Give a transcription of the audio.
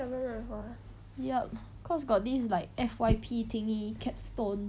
yup cause got this like F_Y_P thingy capstone